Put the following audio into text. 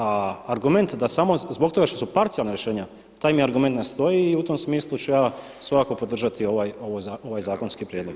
A argument da samo zbog toga što su parcijalna rješenja taj mi argument ne stoji i u tom smislu ću ja svakako podržati ovaj zakonski prijedlog.